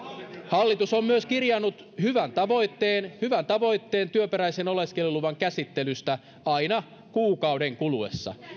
hallitus on myös kirjannut hyvän tavoitteen hyvän tavoitteen työperäisen oleskeluluvan käsittelystä aina kuukauden kuluessa